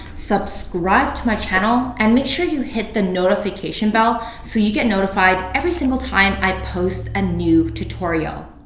subscribe to my channel and make sure you hit the notification bell so you get notified every single time i post a new tutorial.